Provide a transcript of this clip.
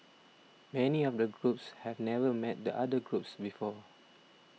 many of the groups have never met the other groups before